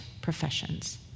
professions